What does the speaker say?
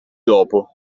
dopo